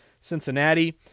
Cincinnati